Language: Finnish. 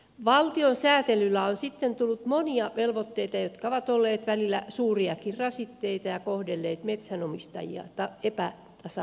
valtion säätelyllä on sitten tullut monia velvoitteita jotka ovat olleet välillä suuriakin rasitteita ja kohdelleet metsänomistajia epätasapuolisesti